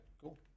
cool